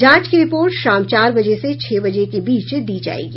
जांच की रिपोर्ट शाम चार से छह बजे के बीच दी जायेगी